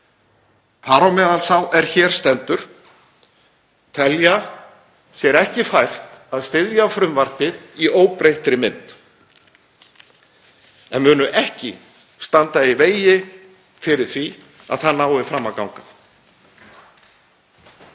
þar á meðal sá er hér stendur, telja sér ekki fært að styðja frumvarpið í óbreyttri mynd en munu ekki standa í vegi fyrir því að það nái fram að ganga.